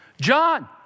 John